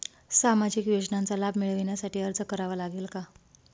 सामाजिक योजनांचा लाभ मिळविण्यासाठी अर्ज करावा लागेल का?